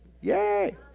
Yay